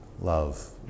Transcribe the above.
love